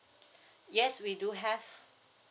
yes we do have